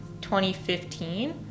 2015